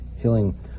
healing